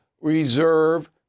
reserve